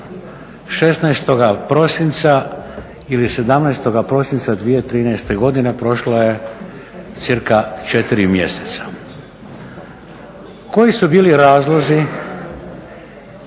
16. prosinca ili 17. prosinca 2013. godine prošlo je cca 4 mjeseca. Koji su bili razlozi